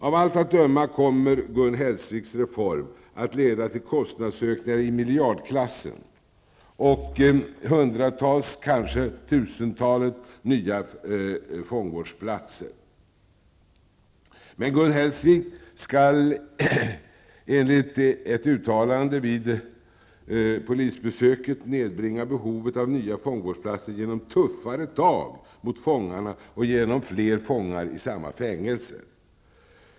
Av allt att döma kommer Gun Hellsviks reform att leda till kostnadsökningar i miljardklassen och till hundratals, kanske tusentals, nya fångvårdsplatser. Men Gun Hellsvik skall, enligt ett uttalande vid polisbesöket, nedbringa behovet av nya fångvårdsplatser genom ''tuffare tag'' mot fångarna och genom fler fångar i samma fängelse.